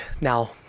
now